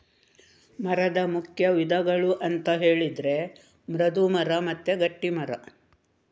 ಮರದ ಮುಖ್ಯ ವಿಧಗಳು ಅಂತ ಹೇಳಿದ್ರೆ ಮೃದು ಮರ ಮತ್ತೆ ಗಟ್ಟಿ ಮರ